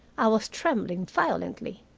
i was trembling violently.